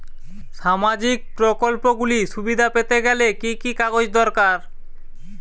সামাজীক প্রকল্পগুলি সুবিধা পেতে গেলে কি কি কাগজ দরকার?